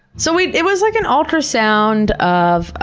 so it it was like an ultrasound of a,